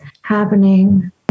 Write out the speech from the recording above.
happening